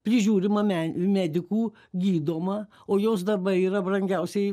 prižiūrima me medikų gydoma o jos darbai yra brangiausiai